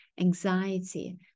anxiety